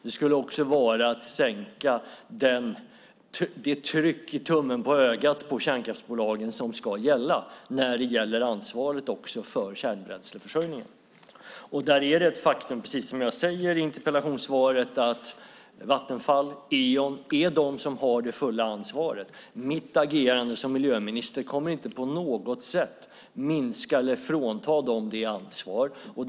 Det skulle vara att minska trycket i tummen på ögat på kärnkraftsbolagen när det gäller ansvaret för kärnbränsleförsörjningen. Där är det ett faktum, som jag säger i interpellationssvaret, att Vattenfall och Eon är de som har det fulla ansvaret. Mitt agerande som miljöminister kommer inte på något sätt att minska eller frånta dem det ansvaret.